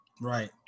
Right